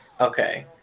Okay